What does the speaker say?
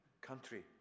country